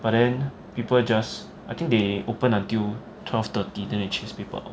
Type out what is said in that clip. but then people just I think they open until twelve thirty then they chase people out